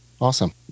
Awesome